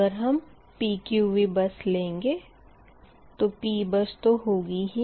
अगर हम PQV bus लेंगे तो P बस तो होगी ही